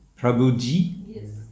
Prabhuji